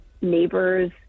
neighbors